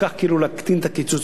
להקטין את הקיצוץ בתקציב.